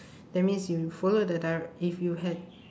that means you follow the dire~ if you had